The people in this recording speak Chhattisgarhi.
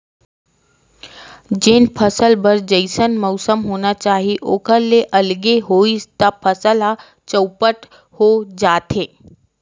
जेन फसल बर जइसन मउसम होना चाही ओखर ले अलगे होइस त फसल ह चउपट हो जाथे